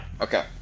Okay